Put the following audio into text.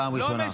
פעם ראשונה.